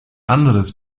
anderes